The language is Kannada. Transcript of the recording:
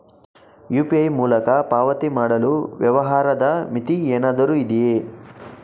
ಯು.ಪಿ.ಐ ಮೂಲಕ ಪಾವತಿ ಮಾಡಲು ವ್ಯವಹಾರದ ಮಿತಿ ಏನಾದರೂ ಇದೆಯೇ?